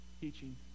teaching